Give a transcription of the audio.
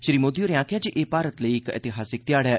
श्री मोदी होरें आखेआ ऐ जे एह भारत लेई इक एतिहासिक ध्याड़ा ऐ